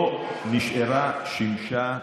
לא נשארה שמשה אחת.